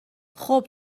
خوب